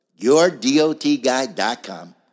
yourdotguide.com